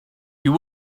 you